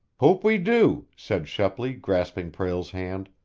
hope we do! said shepley, grasping prale's hand.